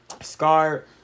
Scar